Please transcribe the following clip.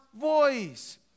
voice